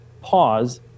pause